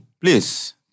please